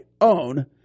own